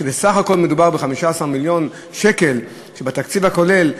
שבסך הכול מדובר ב-15 מיליון שקל בתקציב הכולל,